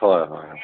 হয় হয়